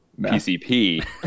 PCP